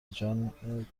جان